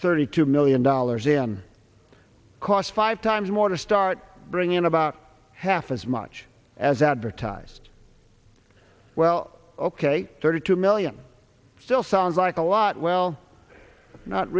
thirty two million dollars in cost five times more to start bringing in about half as much as advertised well ok thirty two million still sounds like a lot well not